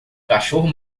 cachorro